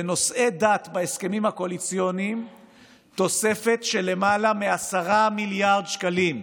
לנושאי דת בהסכמים הקואליציוניים תוספת של למעלה מ-10 מיליארד שקלים.